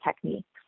techniques